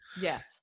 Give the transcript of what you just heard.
yes